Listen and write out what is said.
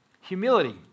Humility